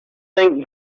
thank